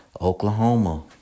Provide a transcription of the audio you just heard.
Oklahoma